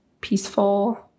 peaceful